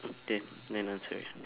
then then I answer right